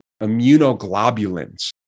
immunoglobulins